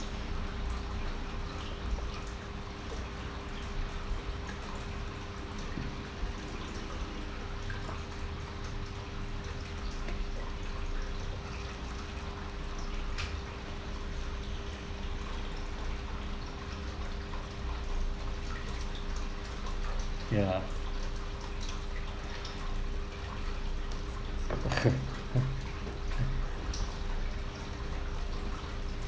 ya